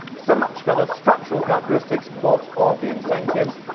so much for the structural characteristics. what of the incentives?